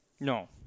No